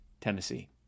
Tennessee